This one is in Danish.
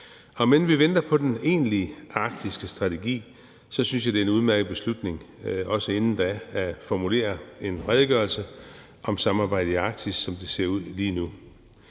end vi venter på den egentlige arktiske strategi, synes jeg, det er en udmærket beslutning også inden da at formulere en redegørelse om samarbejdet i Arktis, som det ser ud lige nu.